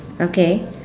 okay